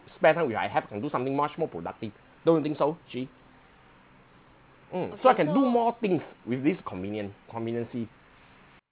spare time with I have can do something much more productive don't think so jay mm so I can do more things with this convenient convenience